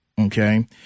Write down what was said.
Okay